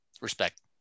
respect